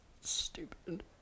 Stupid